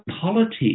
politics